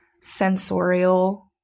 sensorial